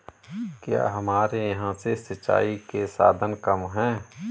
क्या हमारे यहाँ से सिंचाई के साधन कम है?